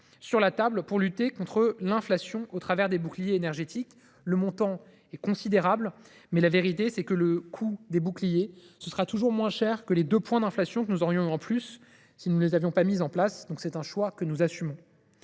(CRI), pour lutter contre l’inflation au travers des boucliers énergétiques. Le montant est considérable, mais la vérité est que le coût des boucliers sera toujours moins cher que celui des 2 points d’inflation que nous aurions eus en plus si nous n’avions pas mis ces dispositifs en place. C’est donc un choix que j’assume.